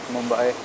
Mumbai